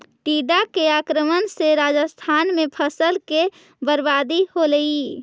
टिड्डा के आक्रमण से राजस्थान में फसल के बर्बादी होलइ